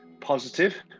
positive